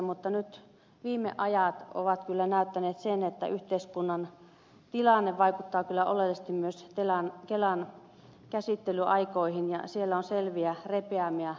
mutta nyt viime ajat ovat kyllä näyttäneet sen että yhteiskunnan tilanne vaikuttaa kyllä oleellisesti myös kelan käsittelyaikoihin ja siellä on selviä repeämiä ruvennut tulemaan